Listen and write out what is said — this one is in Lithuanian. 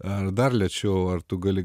ar dar lėčiau ar tu gali